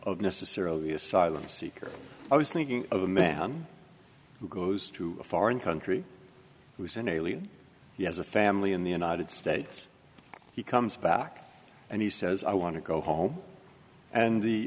of necessarily asylum seeker i was thinking of a man who goes to a foreign country who's an alien he has a family in the united states he comes back and he says i want to go home and the